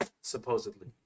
supposedly